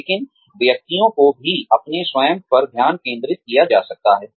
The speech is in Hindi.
लेकिन व्यक्तियों को भी अपने स्वयं पर ध्यान केंद्रित किया जा सकता है